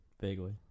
Vaguely